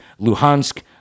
Luhansk